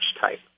type